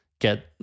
get